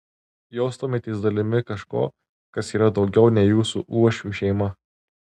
jaustumėtės dalimi kažko kas yra daugiau nei jūsų uošvių šeima